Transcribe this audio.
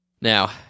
Now